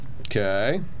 Okay